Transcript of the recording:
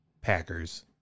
Packers